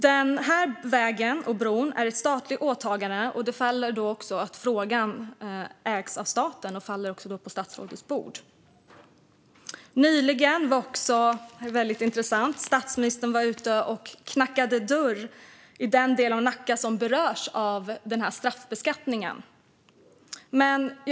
Den här vägen och bron är ett statligt åtagande. Därmed ägs frågan av staten, och den faller också på statsrådets bord. Intressant är också att statsministern nyligen var ute och knackade dörr i den del av Nacka som berörs av denna straffbeskattning, vilket framgår av en artikel i tidningen Mitt i Värmdö.